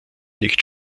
nicht